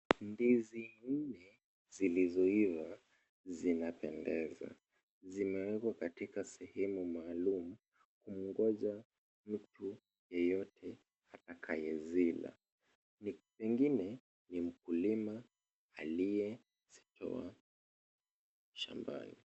Ndizi nne zilizoiva zimependeza. Zimeekwa katika sehemu maalum kuongoja mtu yeyote atakaye zila. Pengine ni mkulima aliyezitoa shambani.